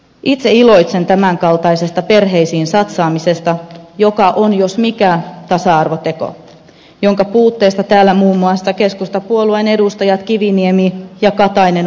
itse iloitsen tämänkaltaisesta perheisiin satsaamisesta joka on jos mikä tasa arvoteko jonka puutteesta täällä muun muassa keskustapuolueen edustajat kiviniemi ja katainen valittivat